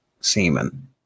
semen